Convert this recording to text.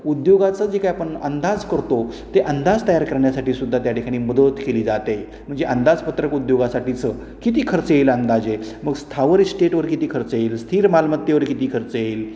उद्योगाचं जे काय आपण अंदाज करतो ते अंदाज तयार करण्यासाठी सुद्धा त्या ठिकाणी मदत केली जाते म्हणजे अंदाजपत्रक उद्योगासाठीचं किती खर्च येईल अंदाजे मग स्थावर स्टेटवर किती खर्च येईल स्थिर मालमत्तेवर किती खर्च येईल